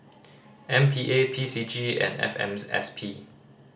M P A P C G and F M S P